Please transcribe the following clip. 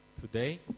today